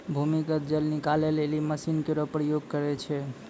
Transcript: भूमीगत जल निकाले लेलि मसीन केरो प्रयोग करै छै